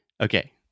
Okay